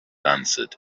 answered